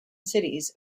cities